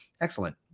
excellent